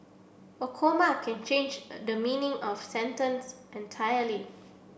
a comma can change the meaning of sentence entirely